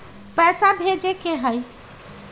पैसा भेजे के हाइ?